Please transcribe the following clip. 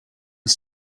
was